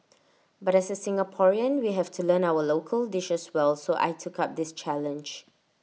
but as A Singaporean we have to learn our local dishes well so I took up this challenge